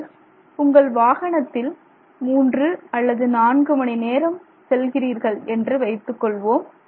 நீங்கள் உங்கள் வாகனத்தில் மூன்று அல்லது நான்கு மணி நேரம் செல்கிறீர்கள் என்று வைத்துக்கொள்வோம்